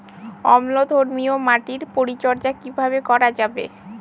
অম্লধর্মীয় মাটির পরিচর্যা কিভাবে করা যাবে?